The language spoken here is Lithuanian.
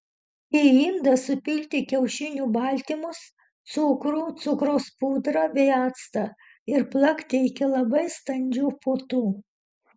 į indą supilti kiaušinių baltymus cukrų cukraus pudrą bei actą ir plakti iki labai standžių putų